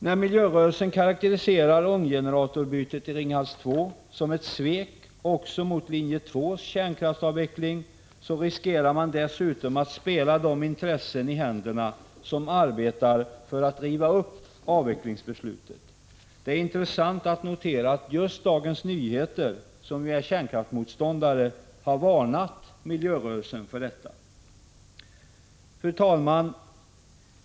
När miljörörelsen karakteriserar ånggeneratorbytet i Ringhals 2 som ett svek också mot linje 2:s kärnkraftsavveckling riskerar man dessutom att spela de intressen i händerna som arbetar för att riva upp avvecklingsbeslutet. Det är intressant att notera att just Dagens Nyheter, som ju är kärnkraftsmotståndare, har varnat miljörörelsen för detta. Fru talman!